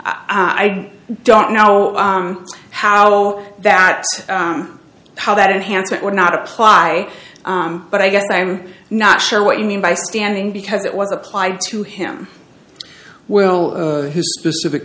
i don't know how that how that enhanced it would not apply but i guess i'm not sure what you mean by standing because it was applied to him will his specific